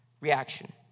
reaction